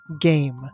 game